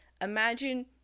Imagine